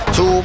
Two